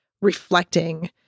reflecting